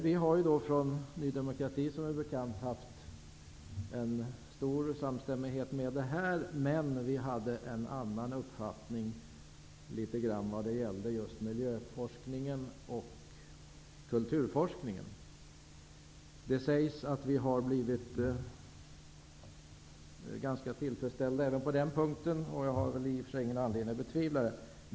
Vi har från Ny demokratis sida varit samstämmiga i dessa frågor. Men vi har en annan uppfattning vad gäller miljö och kulturforskningen. Det sägs att våra önskemål har blivit tillfredsställda på den punkten. Jag har väl i och för sig ingen anledning att betvivla det.